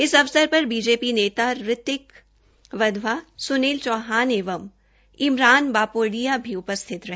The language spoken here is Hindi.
इस अवसर पर बीजेपी नेता रीतिक वधवा स्नील चौहान एवं इमरान बापोडिया भी उपसिथत रहे